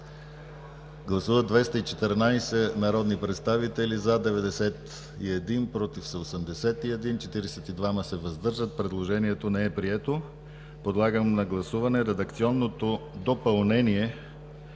Гласували 214 народни представители: за 91, против 81, въздържали се 42. Предложението не е прието. Подлагам на гласуване редакционното допълнение,